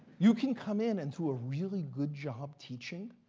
you can come in and do a really good job teaching,